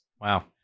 wow